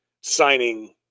signing